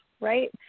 right